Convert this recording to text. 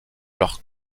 leurs